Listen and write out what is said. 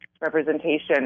representation